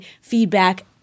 feedback